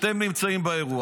אתם נמצאים באירוע.